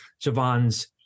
Javon's